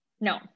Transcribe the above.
No